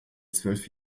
zwölf